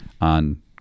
on